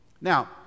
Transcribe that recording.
Now